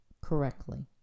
correctly